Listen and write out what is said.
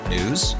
News